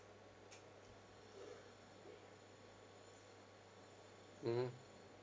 mmhmm